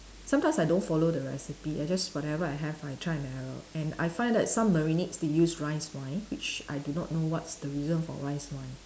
sometimes I don't follow the recipe I just whatever I have right I trial and error and I find that some marinates they use rice wine which I do not know what's the reason for rice wine